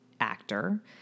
actor